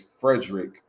frederick